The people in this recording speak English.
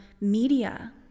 media